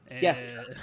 Yes